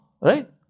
right